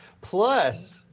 Plus